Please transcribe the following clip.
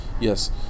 yes